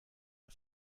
der